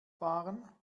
fahren